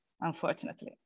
unfortunately